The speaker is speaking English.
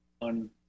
on